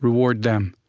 reward them.